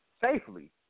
safely